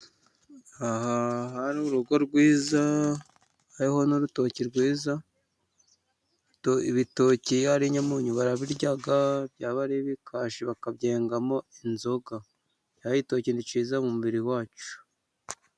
Aha hari urugo rwiza hariho n'urutoki rwiza. Ibitoki ari inyamunyu, barabirya ,byababikashi bakabyengamo inzoga .Naho igitoki ni cyiza mu mubiri wacu.